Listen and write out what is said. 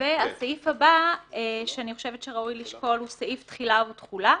והסעיף הבא שאני חושבת שראוי לשקול הוא סעיף תחילה ותחולה,